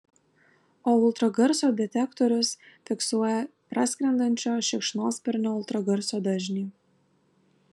o ultragarso detektorius fiksuoja praskrendančio šikšnosparnio ultragarso dažnį